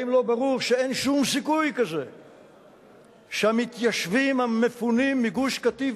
האם לא ברור שאין שום סיכוי כזה שהמתיישבים המפונים מגוש-קטיף,